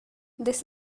this